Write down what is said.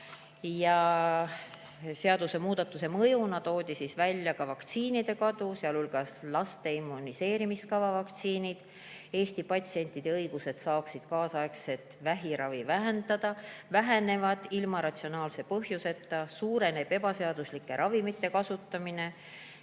Seadusemuudatuse mõjuna toodi välja ka vaktsiinide, sealhulgas laste immuniseerimiskava vaktsiinide kadu. Eesti patsientide õigused saada kaasaegset vähiravi väheneksid ilma ratsionaalse põhjuseta, suureneks ebaseaduslike ravimite kasutamine